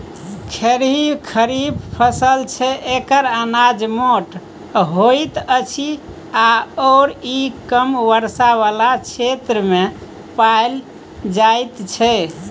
खेरही खरीफ फसल छै एकर अनाज मोट होइत अछि आओर ई कम वर्षा बला क्षेत्रमे पाएल जाइत छै